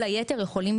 כל היתר יכולים